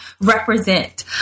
represent